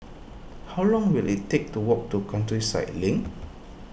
how long will it take to walk to Countryside Link